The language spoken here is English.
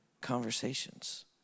conversations